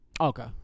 Okay